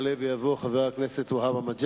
יעלה ויבוא חבר הכנסת מגלי והבה,